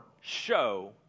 show